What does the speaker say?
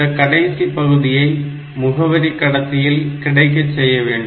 இந்த கடைசி பகுதியை முகவரி கடத்தியில் கிடைக்க செய்ய வேண்டும்